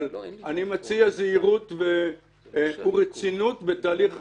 אבל אני מציע זהירות ורצינות בתהליך החקיקה.